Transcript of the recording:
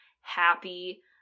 happy